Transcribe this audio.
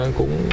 cũng